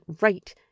right